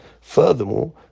Furthermore